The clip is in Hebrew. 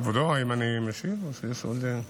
כבודו, האם אני משיב או שיש עוד?